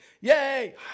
Yay